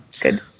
Good